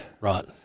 Right